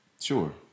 Sure